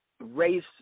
race